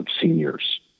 seniors